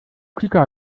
kika